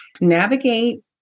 navigate